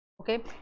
Okay